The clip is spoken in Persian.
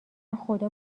خدا